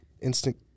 instant